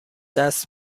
دست